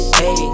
hey